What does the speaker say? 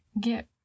get